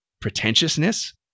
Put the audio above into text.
pretentiousness